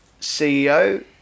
CEO